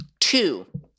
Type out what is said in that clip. Two